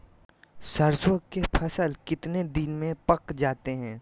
सरसों के फसल कितने दिन में पक जाते है?